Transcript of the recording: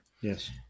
Yes